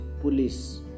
police